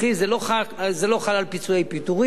על פיצויי פיטורין,